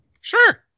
Sure